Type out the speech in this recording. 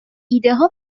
ایدهها